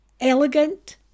elegant